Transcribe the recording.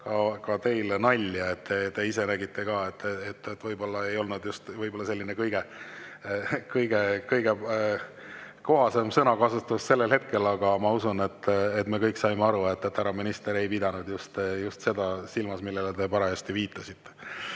ka teile nalja. Te ise [kuulsite] ka, et võib-olla ei olnud just kõige kohasem sõnakasutus sellel hetkel, aga ma usun, et me kõik saime aru, et härra minister ei pidanud silmas seda, millele te parajasti viitasite.